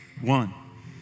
One